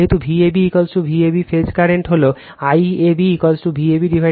যেহেতু Vab Vab phase current হল IAB VabZ ∆